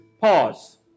pause